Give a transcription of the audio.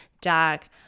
dark